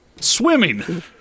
Swimming